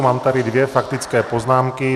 Mám tady dvě faktické poznámky.